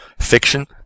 fiction